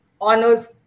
honors